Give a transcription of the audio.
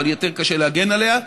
אבל יהיה יותר קשה להגן עליה.